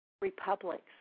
republics